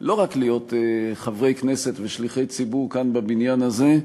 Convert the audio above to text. לא רק להיות חברי כנסת ושליחי ציבור כאן בבניין הזה,